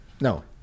No